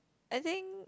I think